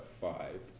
five